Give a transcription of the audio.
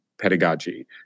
pedagogy